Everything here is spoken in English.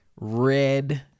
red